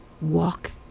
walk